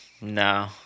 No